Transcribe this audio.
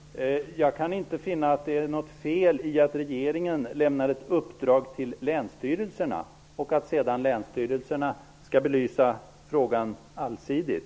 Fru talman! Jag kan inte finna att det är något fel i att regeringen lämnar ett uppdrag till länsstyrelserna och att dessa sedan skall belysa frågan allsidigt.